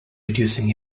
reducing